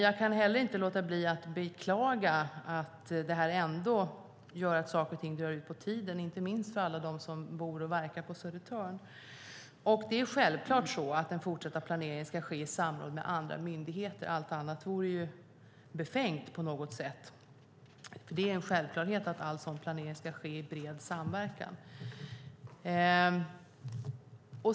Jag kan inte heller låta bli att beklaga att saker och ting drar ut på tiden, inte minst med tanke på alla som bor och verkar på Södertorn. Självklart ska den fortsatta planeringen ske i samråd med andra myndigheter, allt annat vore befängt. Det är en självklarhet att all sådan planering ska ske i bred samverkan.